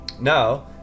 now